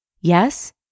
Yes